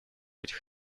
этих